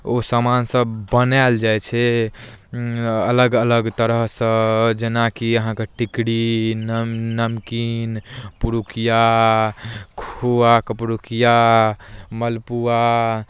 ओ सामानसभ बनायल जाइ छै अलग अलग तरहसँ जेनाकि अहाँके टिकड़ी नम नमकीन पुरुकिया खोआके पुरुकिया मलपुआ